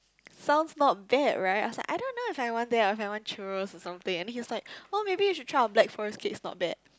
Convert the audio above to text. sounds not bad right I was like I don't know if I want that or I want churros or something and then he was like oh maybe you should try our black forest cake it's not bad